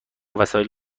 وسایلی